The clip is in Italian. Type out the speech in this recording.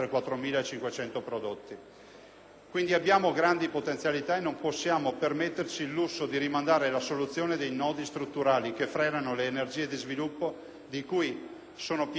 Quindi, abbiamo grandi potenzialità e non possiamo permetterci il lusso di rimandare la soluzione dei nodi strutturali che frenano le energie di sviluppo di cui sono piene le nostre imprese e i nostri territori.